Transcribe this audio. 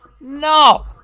No